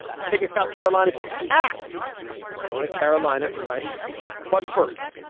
i'm taking south carolina to task. i'm going to carolina in my spiel. but first,